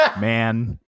man